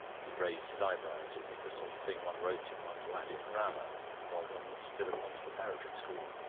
he raised his eyebrows. it was the sort of thing one wrote in one's latin grammar while one was still at one's preparatory school.